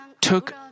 took